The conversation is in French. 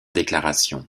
déclarations